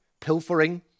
Pilfering